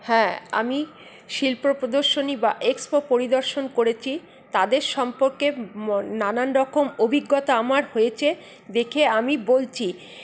হ্যাঁ আমি শিল্প প্রদর্শনী বা এক্সপো পরিদর্শন করেছি তাদের সম্পর্কে নানান রকম অভিজ্ঞতা আমার হয়েছে দেখে আমি বলছি